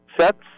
sets